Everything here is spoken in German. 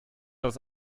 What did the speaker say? das